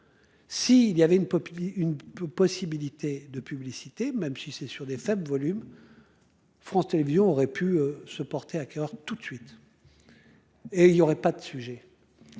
une copie une possibilité de publicité, même si c'est sur des faibles volumes. France Télévisions aurait pu se porter acquéreur toute de suite. Et il y aurait pas de sujet.